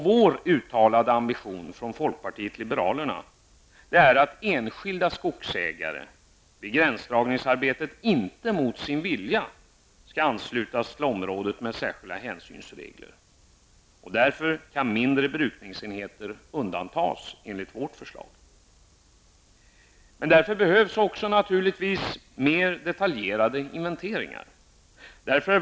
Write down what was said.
Vår uttalade ambition från folkpartiet liberalerna är att enskilda skogsägare vid gränsdragningsarbetet inte mot sin vilja skall anslutas till området med särskilda hänsynsregler. Därför kan mindre brukningsenheter undantas, enligt vårt förslag. Därför behövs naturligtvis mer detaljerade inventeringar.